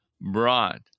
brought